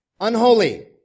unholy